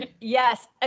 Yes